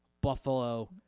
Buffalo